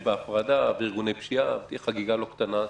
בהפרדה וארגוני פשיעה ותהיה חגיגה לא קטנה,